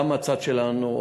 גם הצד שלנו,